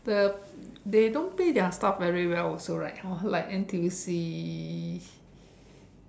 the they don't pay their staff very well also right hor like N_T_U_C